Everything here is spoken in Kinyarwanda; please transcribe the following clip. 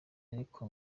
ariko